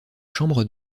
chambres